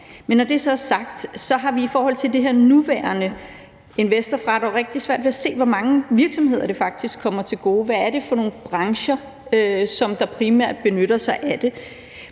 Men når det så er sagt, har vi i forhold til det her nuværende investorfradrag rigtig svært ved at se, hvor mange virksomheder det faktisk kommer til gode. Hvad er det for nogle brancher, der primært benytter sig af det?